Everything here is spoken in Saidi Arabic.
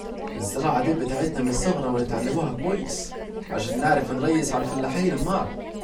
الزراعة دي بتاعتنا من صغرنا نتعلموها كويس عشان نعرفوا نريسوا عالفلاحين امال